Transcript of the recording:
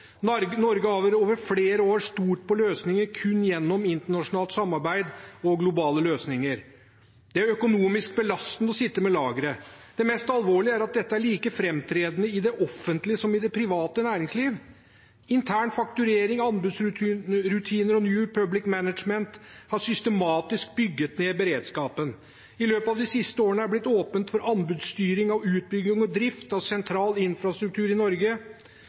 Norge har over flere år stolt på løsninger kun gjennom internasjonalt samarbeid og globale løsninger. Det er økonomisk belastende å sitte med lagre. Det mest alvorlige er at dette er like framtredende i det offentlige som i det private næringslivet. Intern fakturering, anbudsrutiner og New Public Management har systematisk bygd ned beredskapen. I løpet av de siste årene har det blitt åpnet for anbudsstyring av utbygging og drift av sentral infrastruktur i Norge.